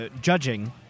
judging